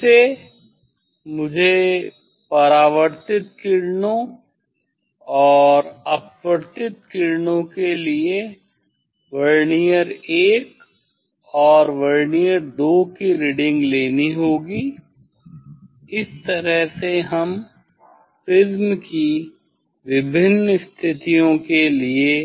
फिर से मुझे परावर्तित किरणों और अपवर्तित किरणों के लिए वर्नियर I और वर्नियर II की रीडिंग लेनी होगी इस तरह से हम प्रिज्म की विभिन्न स्थिति के लिए